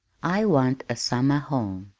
i want a summer home,